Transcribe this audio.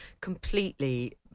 completely